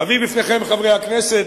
אביא בפניכם, חברי הכנסת,